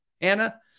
Anna